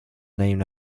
named